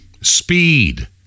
speed